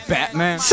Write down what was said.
Batman